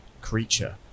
creature